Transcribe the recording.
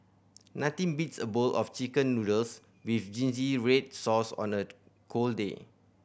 nothing beats a bowl of Chicken Noodles with zingy red sauce on a cold day